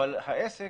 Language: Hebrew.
אבל העסק